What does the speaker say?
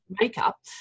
makeup